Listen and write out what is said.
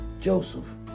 Joseph